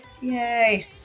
yay